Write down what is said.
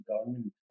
government